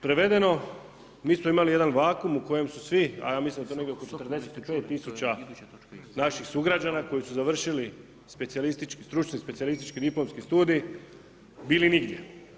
Prevedeno, mi smo imali jedan vakuum u kojem su svi, a ja mislim da je to negdje oko 45 000 naših sugrađana koji su završili stručni specijalistički diplomski studij bili nigdje.